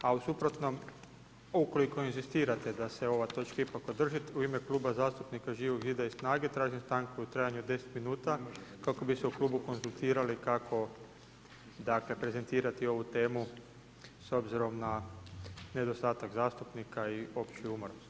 A u suprotnom, ukoliko inzistirate da se ova točka ipak održi, u ime Kluba zastupnika Živog zida i SNAGA-e, tražim stanku u trajanju od 10 minuta kako bi se u klubu konzultirali kako prezentirati ovu temu s obzirom na nedostatak zastupnika i opći umor.